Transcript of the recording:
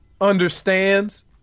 understands